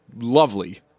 lovely